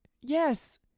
Yes